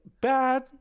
bad